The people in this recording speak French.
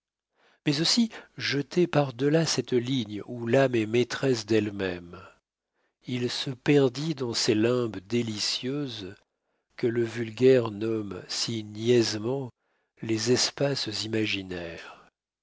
mais aussi jeté par delà cette ligne où l'âme est maîtresse d'elle-même il se perdit dans ces limbes délicieuses que le vulgaire nomme si niaisement les espaces imaginaires